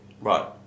Right